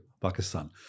Pakistan